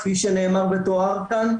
כפי שנאמר ותואר כאן,